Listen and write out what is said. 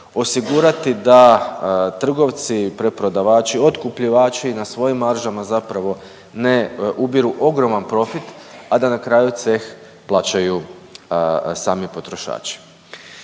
osigurati da trgovci, preprodavači, otkupljivači na svojim maržama zapravo ne ubiru ogroman profit a da na kraju ceh plaćaju sami potrošači.